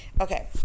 Okay